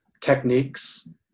techniques